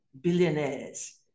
billionaires